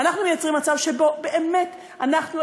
אנחנו מייצרים מצב שבו באמת אנחנו,